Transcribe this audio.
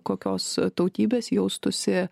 kokios tautybės jaustųsi